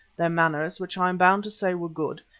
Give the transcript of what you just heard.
their manners, which i am bound to say were good,